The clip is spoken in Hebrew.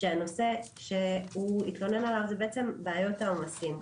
שהנושא שהוא התלונן עליו זה בעצם בעיות העומסים.